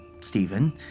Stephen